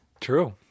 True